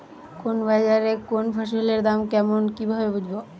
কোন বাজারে কোন ফসলের দাম কেমন কি ভাবে বুঝব?